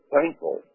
thankful